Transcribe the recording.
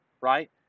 right